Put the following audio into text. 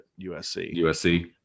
USC